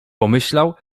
pomyślał